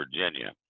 Virginia